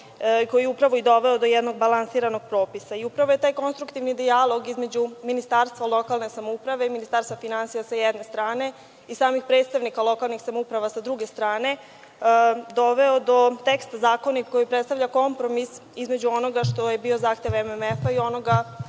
koji je upravo i doveo do jednog balansiranog procesa i upravo je taj konstruktivni dijalog između Ministarstva lokalne samouprave i Ministarstva finansija, sa jedne strane, i samih predstavnika lokalnih samouprava, sa druge strane, doveo do teksta zakona koji predstavlja kompromis između onoga što je bio zahtev MMF i onoga